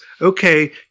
okay